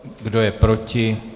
Kdo je proti?